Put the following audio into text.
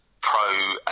pro